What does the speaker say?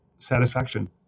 satisfaction